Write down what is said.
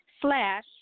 slash